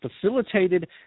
facilitated